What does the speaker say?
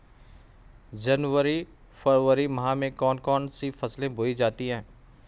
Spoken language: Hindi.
जनवरी फरवरी माह में कौन कौन सी फसलें बोई जाती हैं?